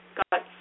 got